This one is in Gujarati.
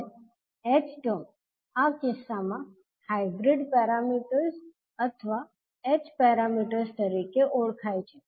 હવે h ટર્મ આ કિસ્સામાં હાઇબ્રીડ પેરામીટર્સ અથવા h પેરામીટર્સ તરીકે ઓળખાય છે